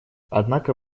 однако